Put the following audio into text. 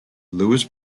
louis